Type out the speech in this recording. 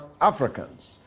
Africans